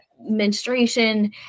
menstruation